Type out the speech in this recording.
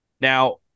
Now